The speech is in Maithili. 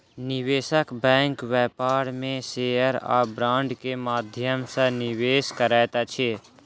निवेशक बैंक व्यापार में शेयर आ बांड के माध्यम सॅ निवेश करैत अछि